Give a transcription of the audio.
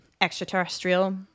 extraterrestrial